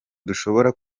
dushobora